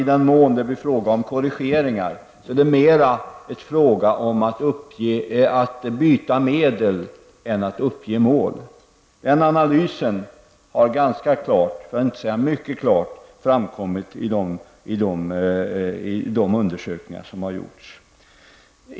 I den mån det blir fråga om korrigeringar är det mer fråga om att byta medel än att uppge mål. Den analysen har ganska klart, för att inte säga mycket klart, framkommit i de undersökningar som har gjorts.